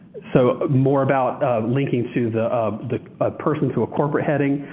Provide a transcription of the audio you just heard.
so more about linking to the um the person through a corporate heading.